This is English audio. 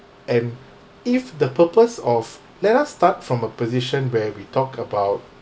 and if the purpose of let us start from a position where we talk about